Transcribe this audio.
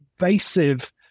invasive